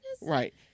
right